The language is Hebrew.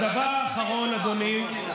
בסדר, הדבר האחרון, אדוני,